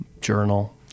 journal